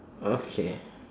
okay